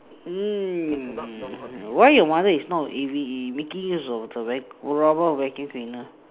mm why your mother is not a A_V_A making use of the va~ robot vacuum cleaner